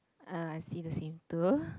ah I see the same too